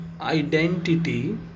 identity